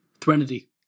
threnody